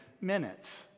minutes